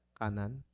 kanan